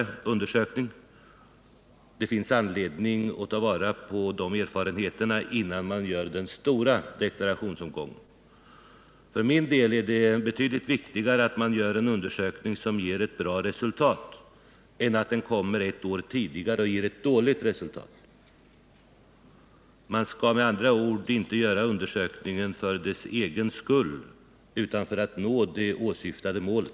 Det finns anledning att ta vara på erfarenheterna från den, innan man genomför den stora deklarationsomgången. För min del finner jag det betydligt viktigare att det blir en undersökning som ger ett bra resultat än att undersökningen kommer ett år tidigare och ger ett dåligt resultat. Man skall med andra ord inte göra undersökningen för dess egen skull utan för att nå det åsyftade målet.